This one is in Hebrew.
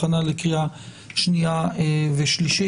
הצעת החוק להכנה לקריאה שנייה ושלישית.